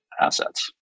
assets